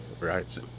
Right